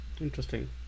Interesting